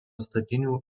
statinių